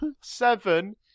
seven